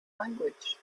language